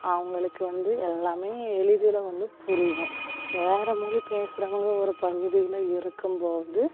அவங்களுக்கு வந்து எல்லாமே எளிதில் வந்து புரியும் வேறு மொழி பேசுகிறவங்க ஒரு பகுதியில் இருக்கும்போது